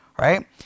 right